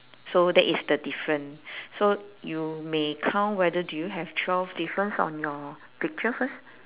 so that is the different so you may count whether do you have twelve difference on your picture first